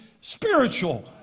spiritual